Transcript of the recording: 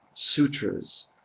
Sutras